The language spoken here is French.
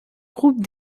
groupe